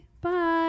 bye